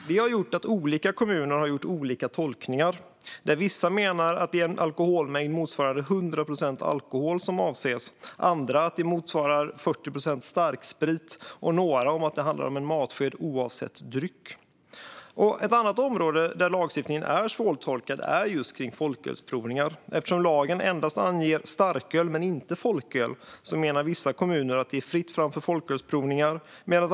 Det har lett till att olika kommuner har gjort olika tolkningar. Vissa menar att det är en alkoholmängd motsvarande 100 procent alkohol som avses. Andra menar att det motsvarar 40 procent starksprit. Och några menar att det handlar om en matsked oavsett dryck. Ett annat område där lagstiftningen är svårtolkad är just folkölsprovningar. Eftersom lagen endast anger starköl men inte folköl menar vissa kommuner att det är fritt fram för folkölsprovningar.